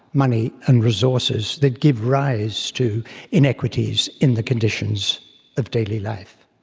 money and resources that give rise to inequities in the conditions of daily life.